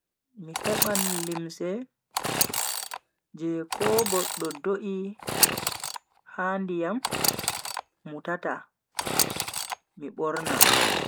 Mi heban limse je ko goddo do'I ha ndiyam mutata mi borna.